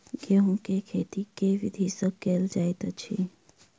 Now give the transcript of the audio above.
गेंहूँ केँ खेती केँ विधि सँ केल जाइत अछि?